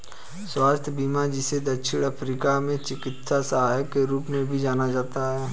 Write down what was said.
स्वास्थ्य बीमा जिसे दक्षिण अफ्रीका में चिकित्सा सहायता के रूप में भी जाना जाता है